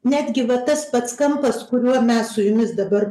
netgi va tas pats kampas kuriuo mes su jumis dabar